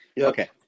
Okay